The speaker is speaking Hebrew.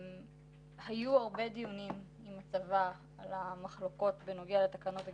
היו הרבה דיונים עם הצבא על המחלוקות בנוגע לתקנות הגישור.